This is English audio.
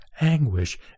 anguish